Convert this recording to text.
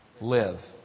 live